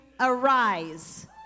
arise